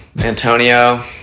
Antonio